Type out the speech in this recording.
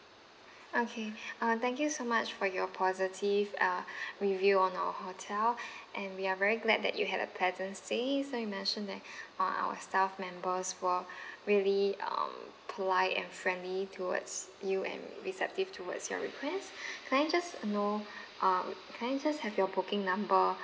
okay uh thank you so much for your positive uh review on our hotel and we are very glad that you had a pleasant stay so you mentioned that uh our staff members were really um polite and friendly towards you and receptive towards your request can I just know um can I just have your booking number